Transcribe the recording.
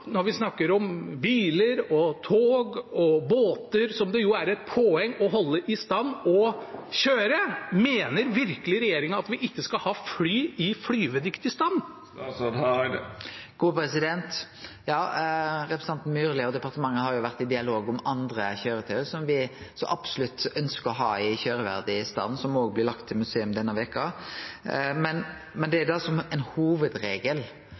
tog og båter, som det jo er et poeng å holde i stand og kjøre. Mener virkelig regjeringen at vi ikke skal ha fly i flygedyktig stand? Representanten Myrli og departementet har vore i dialog om andre køyretøy som me absolutt ønskjer å ha i køyreverdig stand, og som òg blir lagde til museum denne veka. Men det er